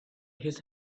his